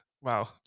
wow